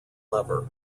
lever